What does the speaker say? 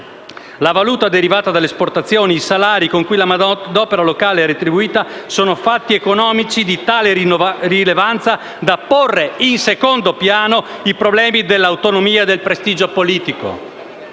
«la valuta derivata dalle esportazioni, i salari con cui la manodopera locale è retribuita, sono fatti economici di tale rilevanza da porre in secondo piano i problemi dell'autonomia e del prestigio politico».